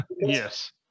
yes